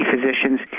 physicians